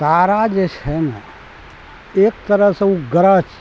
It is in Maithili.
तारा जे छै ने एक तरह सऽ ओ ग्रह छै